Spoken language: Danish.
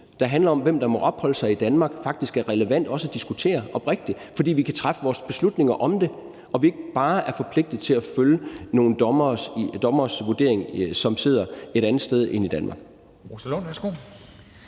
der handler om, hvem der må opholde sig i Danmark, faktisk også er relevant at diskutere oprigtigt, fordi vi kan træffe vores beslutninger om det og ikke bare er forpligtet til at følge nogle dommeres vurdering – nogle dommere, som sidder et andet sted end i Danmark.